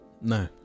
No